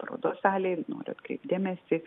parodos salėj noriu atkreipti dėmesį